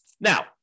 Now